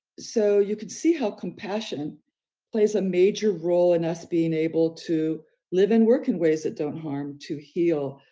so you can see how compassion plays a major role in us being able to live and work in ways that don't harm to heal,